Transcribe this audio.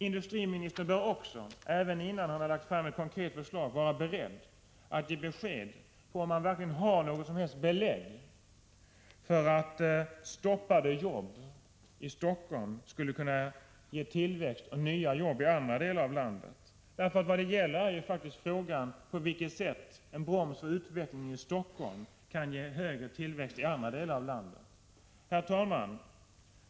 Industriministern bör också, även innan han har lagt fram ett konkret förslag, vara beredd att ge besked om huruvida han har något belägg för att stoppade jobb i Stockholm skulle kunna ge tillväxt och nya jobb i andra delar av landet. Vad frågan gäller är på vilket sätt en bromsning av utvecklingen i Stockholm kan ge högre tillväxt i andra delar av landet. Herr talman!